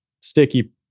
sticky